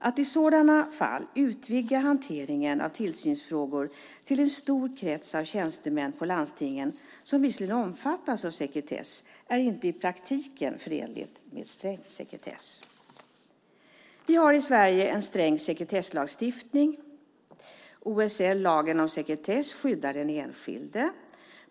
Att i sådana fall utvidga hanteringen av tillsynsfrågor till en stor krets av tjänstemän på landstingen som visserligen omfattas av sekretess är inte i praktiken förenligt med sträng sekretess. Vi har i Sverige en sträng sekretesslagstiftning. OSL, lagen om sekretess, skyddar den enskilde.